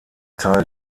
teil